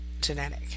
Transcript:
Genetic